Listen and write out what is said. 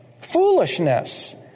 foolishness